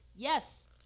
Yes